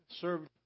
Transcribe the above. served